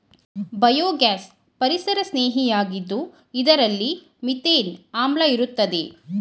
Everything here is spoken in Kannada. ಬಯೋಗ್ಯಾಸ್ ಪರಿಸರಸ್ನೇಹಿಯಾಗಿದ್ದು ಇದರಲ್ಲಿ ಮಿಥೇನ್ ಆಮ್ಲ ಇರುತ್ತದೆ